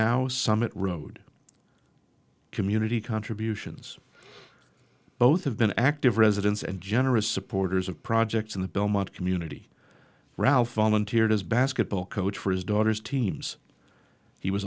summit road community contributions both have been active residents and generous supporters of projects in the belmont community ralph volunteered his basketball coach for his daughter's teams he was